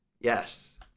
Yes